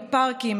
בפארקים,